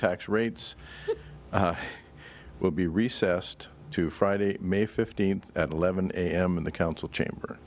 tax rates will be recessed to friday may fifteenth at eleven am in the council chamber